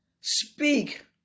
speak